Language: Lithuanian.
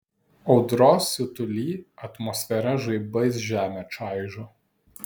audros siutuly atmosfera žaibais žemę čaižo